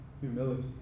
humility